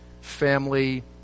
family